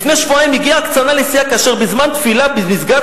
לפני שבועיים הגיעה ההקצנה לשיאה כאשר בזמן תפילה במסגד